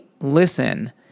listen